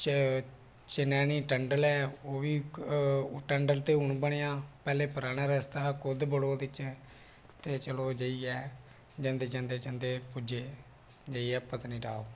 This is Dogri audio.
चनैनी टनल ऐ ओह्बी टनल ते हून बनेआ पैह्लें पराना रस्ता हा कुद बटोत चें ते चलो जाइयै जंदे जंदे जंदे पुज्जे जाइयै पत्तनीटाप